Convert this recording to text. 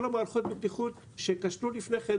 כל מערכות הבטיחות שכשלו לפני כן,